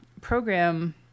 program